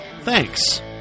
Thanks